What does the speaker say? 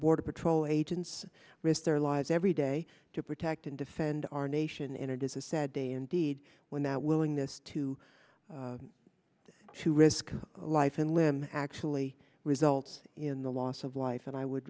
border patrol agents risk their lives every day to protect and defend our nation in a does a sad day indeed when that willingness to to risk life and limb actually results in the loss of life and i would